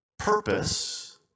purpose